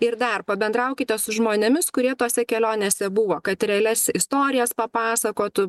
ir dar pabendraukite su žmonėmis kurie tose kelionėse buvo kad realias istorijas papasakotų